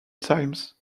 times